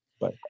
Bye